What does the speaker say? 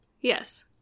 Yes